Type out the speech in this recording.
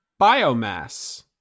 biomass